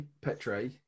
petre